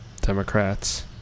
Democrats